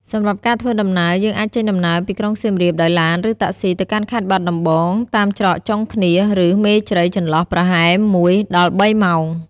សម្រាប់ការធ្វើដំណើរយើងអាចចេញដំណើរពីក្រុងសៀមរាបដោយឡានឬតាក់ស៊ីទៅកាន់ខេត្តបាត់ដំបងតាមច្រកចុងឃ្នាសឬ មេជ្រៃចន្លោះប្រហែល១ដល់៣ម៉ោង។